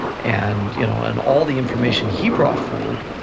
and you know and all the information he brought forward,